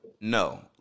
No